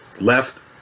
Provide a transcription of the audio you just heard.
left